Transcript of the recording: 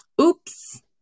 oops